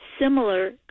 similar